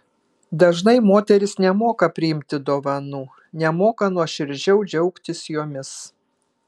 dažnai moterys nemoka priimti dovanų nemoka nuoširdžiau džiaugtis jomis